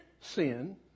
sin